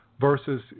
versus